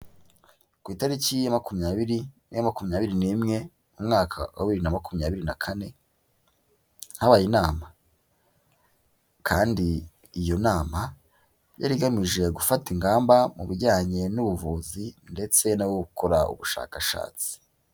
Ku itariki ya makumyabiri n'iyamakumyabiri n'imwe mu mwaka wa bibiri na makumyabiri na kane habaye inama, kandi iyo nama yari igamije gufata ingamba mu bijyanye n'ubuvuzi ndetse no gukora ubushakashatsi.